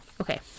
Okay